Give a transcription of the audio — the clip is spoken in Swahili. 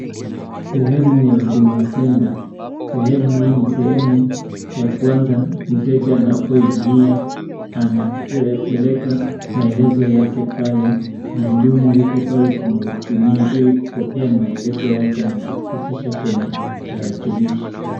Sehemu ya huduma center , sehemu hii ni sehemu ya kwanza mteja anapoingia, anapeleka maelezo yake pale, muhudumu yuko pale kumhudumia ili kupokea maelezo yake na kudhibitisha kwenye tarakilishi.